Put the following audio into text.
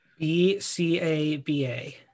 bcaba